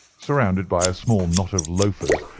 surrounded by a small knot of loafers,